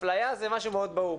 אפליה זה משהו מאוד ברור,